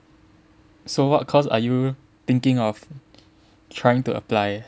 so what course are you thinking of trying to apply